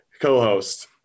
co-host